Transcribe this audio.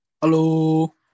Hello